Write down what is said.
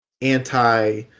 anti